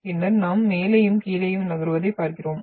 பின்னர் நாம் மேலேயும் கீழேயும் நகர்வதையும் பார்க்கிறோம்